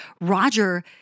Roger